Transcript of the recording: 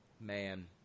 Man